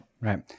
Right